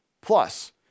Plus